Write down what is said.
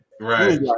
right